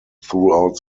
throughout